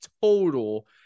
total